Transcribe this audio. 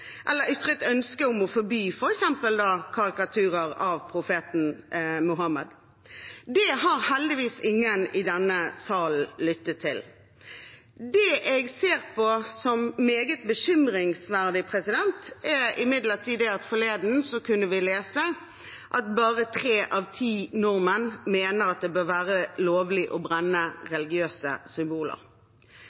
eller ytret ønske om å forby f.eks. karikaturer av profeten Mohammed. Det har heldigvis ingen i denne salen lyttet til. Det jeg ser på som meget bekymringsverdig, er imidlertid at forleden kunne vi lese at bare tre av ti nordmenn mener at det bør være lovlig å brenne religiøse symboler.